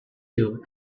you